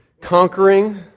conquering